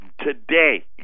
Today